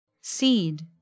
Seed